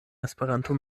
esperanto